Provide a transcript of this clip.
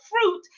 fruit